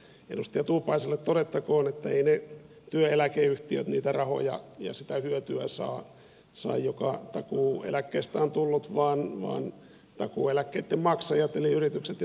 edustaja tuupaiselle todettakoon että eivät ne työeläkeyhtiöt niitä rahoja ja sitä hyötyä saa joka takuueläkkeestä on tullut vaan takuueläkkeitten maksajat eli yritykset ja työntekijät